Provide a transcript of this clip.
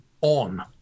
on